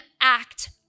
act